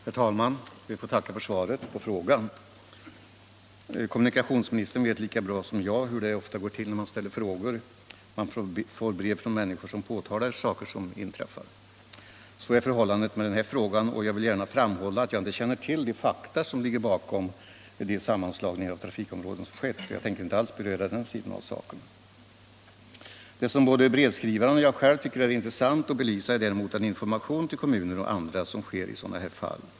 Herr talman! Jag ber att få tacka för svaret på frågan. Kommunikationsministern vet lika bra som jag hur det ofta går till när man ställer frågor: Man får brev från människor som påtalar saker som inträffar. Så är förhållandet med den här frågan, och jag vill gärna framhålla att jag inte känner till de fakta som ligger bakom de sammanslagningar av trafikområden som skett. Jag tänker inte alls beröra den sidan av saken. Det som både brevskrivaren och jag själv tycker är intressant att belysa är däremot den information till kommuner och andra som sker i sådana här fall.